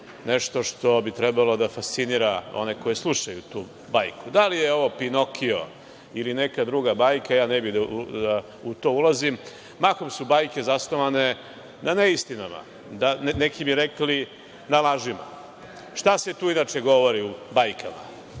nešto što bi trebalo da fascinira one koji slušaju tu bajku. Da li je ovo „Pinokio“ ili neka druga bajka, ja ne bih da ulazim u to. Mahom su bajke zasnovane na neistinama, a neki bi rekli na lažima. Šta se tu inače govori u bajkama?